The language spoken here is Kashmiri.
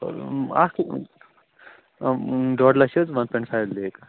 ڈۄڈ لَچھ حظ